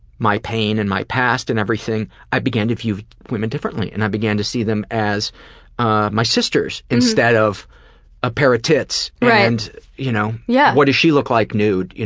my pain and my past and everything, i began to view women differently, and i began to see them as ah my sisters instead of a pair of tits, and you know yeah what does she look like nude? you know